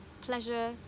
pleasure